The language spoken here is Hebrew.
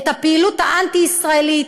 את הפעילות האנטי-ישראלית